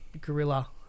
gorilla